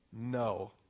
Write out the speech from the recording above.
No